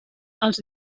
els